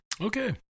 Okay